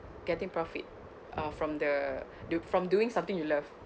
getting profit uh from the do from doing something you love